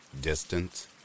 Distance